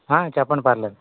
చెప్పండి పర్వాలేదు